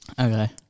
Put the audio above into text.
okay